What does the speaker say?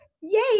Yay